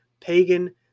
pagan